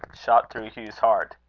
shot through hugh's heart.